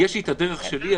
יש לי הדרך שלי.